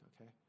okay